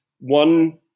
one